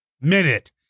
minute